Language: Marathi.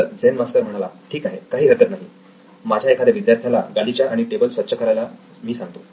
तर झेन मास्टर म्हणाला ठीक आहे काही हरकत नाही माझ्या एखाद्या विद्यार्थ्याला मी गालिचा आणि टेबल स्वच्छ करायला सांगतो